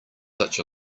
such